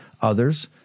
others